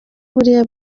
buriya